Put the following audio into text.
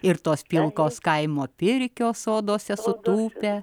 ir tos pilkos kaimo pirkios soduose sutūpę